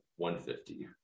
150